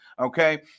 Okay